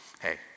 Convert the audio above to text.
Hey